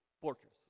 fortress